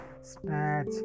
snatch